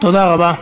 תודה רבה.